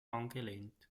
angelehnt